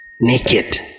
naked